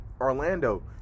Orlando